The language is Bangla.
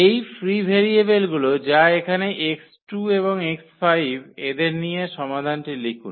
এই ফ্রি ভেরিয়েবলগুলি যা এখানে 𝑥2 এবং এই 𝑥5 এদের নিয়ে সমাধানটি লিখুন